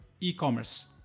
e-commerce